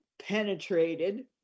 penetrated